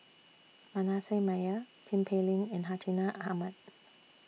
Manasseh Meyer Tin Pei Ling and Hartinah Ahmad